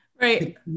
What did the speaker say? Right